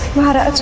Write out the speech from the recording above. laddu